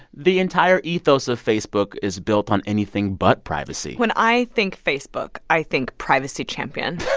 the entire ethos of facebook is built on anything but privacy when i think facebook, i think privacy champion